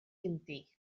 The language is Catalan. quintí